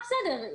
אה בסדר,